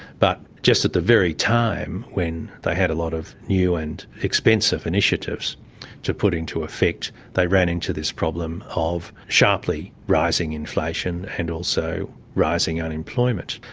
but just at the very time when they had a lot of new and expensive initiatives to put into effect, they ran into this problem of sharply rising inflation and also rising unemployment.